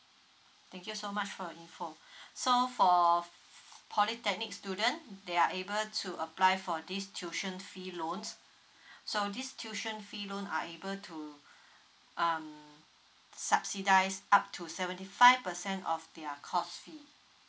thank you so much for the info so for polytechnic student they are able to apply for this tuition fee loan so this tuition fee loan are able to um subsidize up to seventy five percent of their course fee